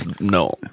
No